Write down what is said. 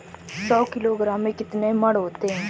सौ किलोग्राम में कितने मण होते हैं?